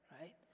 right